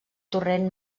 torrent